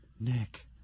Nick